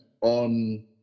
on